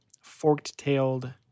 forked-tailed